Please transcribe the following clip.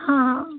हाँ हाँ